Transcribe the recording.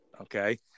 Okay